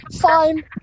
fine